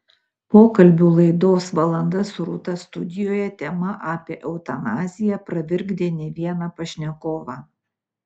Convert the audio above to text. pokalbių laidos valanda su rūta studijoje tema apie eutanaziją pravirkdė ne vieną pašnekovą